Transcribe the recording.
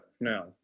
no